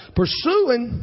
pursuing